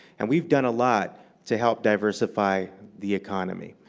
and we've done a lot to help diversify the economy.